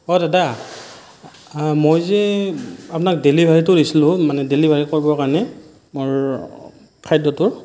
অ দাদা মই যে আপোনাক ডেলিভাৰীটো দিছিলোঁ মানে ডেলিভাৰী কৰিবৰ কাৰণে মোৰ খাদ্যটো